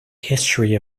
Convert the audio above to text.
history